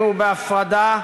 בהפרדה,